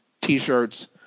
T-shirts